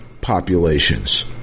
populations